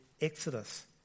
Exodus